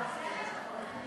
הצבעה,